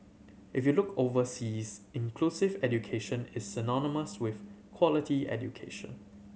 if you look overseas inclusive education is synonymous with quality education